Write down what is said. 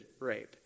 rape